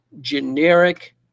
generic